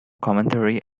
commentary